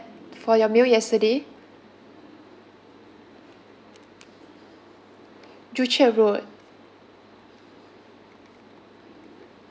for your meal yesterday joo chiat road